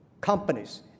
Companies